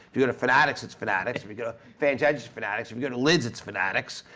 if you go to fanatics it's fanatics, if you go to fansedge it's fanatics, if you go to lids it's fanatics,